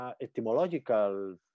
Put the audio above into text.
etymological